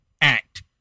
act